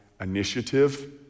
initiative